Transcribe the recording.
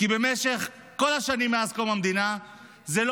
כי במשך כל השנים מאז קום המדינה זה לא